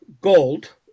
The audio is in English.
Gold